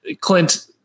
Clint